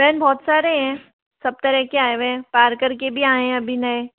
pen बहुत सारे हैं सब तरह के आए हुए हैं पार्कर के भी आए हैं अभी नए